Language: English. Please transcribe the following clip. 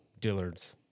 Dillard's